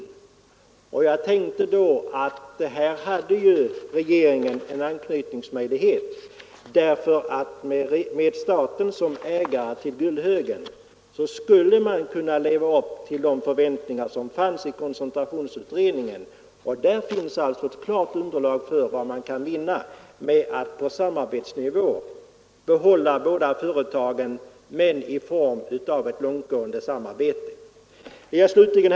Jag tänkte att regeringen här hade en anknytningsmöjlighet därför att man med staten som ägare till Gullhögen skulle kunna leva upp till de förväntningar som fanns i koncentrationsutredningen. Där finns ett klart underlag för vad man kan vinna med att på samarbetsnivå behålla båda företagen men i form av ett långtgående samarbete. Herr talman!